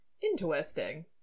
interesting